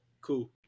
Cool